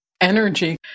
energy